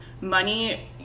money